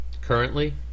currently